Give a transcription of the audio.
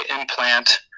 implant